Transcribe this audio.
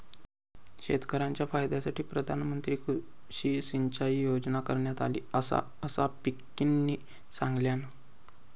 शेतकऱ्यांच्या फायद्यासाठी प्रधानमंत्री कृषी सिंचाई योजना करण्यात आली आसा, असा पिंकीनं सांगल्यान